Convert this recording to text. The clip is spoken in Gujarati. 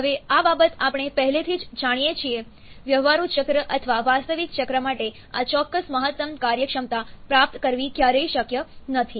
હવે આ બાબત આપણે પહેલેથી જ જાણીએ છીએ વ્યવહારુ ચક્ર અથવા વાસ્તવિક ચક્ર માટે આ ચોક્કસ મહત્તમ કાર્યક્ષમતા પ્રાપ્ત કરવી ક્યારેય શક્ય નથી